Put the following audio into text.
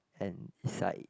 and it's like